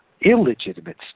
illegitimate